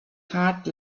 heart